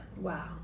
Wow